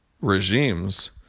regimes